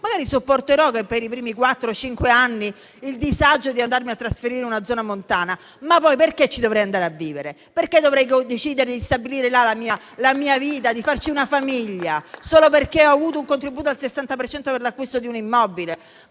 forse sopporterò per i primi quattro o cinque anni il disagio di andarmi a trasferire una zona montana, ma poi perché ci dovrei andare a vivere? Perché dovrei decidere di stabilire là la mia vita, di farci una famiglia? Solo perché ho avuto un contributo al 60 per cento per l'acquisto di un immobile?